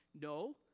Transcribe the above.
No